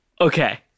Okay